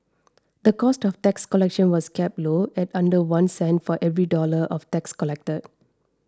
the cost of tax collection was kept low at under one cent for every dollar of tax collected